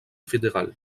fédéral